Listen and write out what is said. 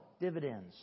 dividends